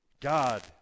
God